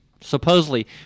supposedly